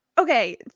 Okay